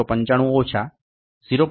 895 ઓછા 0